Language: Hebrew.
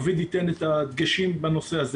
רביד ייתן דגשים בנושא.